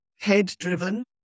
head-driven